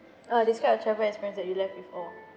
err describe a travel experience that you're left with awe